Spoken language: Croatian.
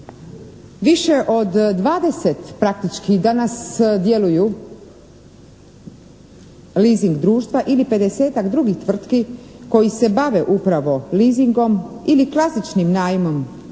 Više od 20 praktički danas djeluju leasing društva ili 50-tak drugih tvrtki koji se bave upravo leasingom ili klasičnim najmom